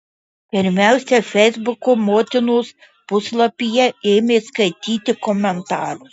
pirmiausia feisbuko motinos puslapyje ėmė skaityti komentarus